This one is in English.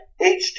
HD